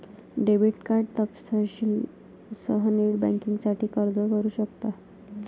debit card तपशीलांसह net बँकिंगसाठी अर्ज करू शकतात